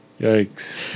Yikes